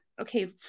okay